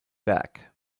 back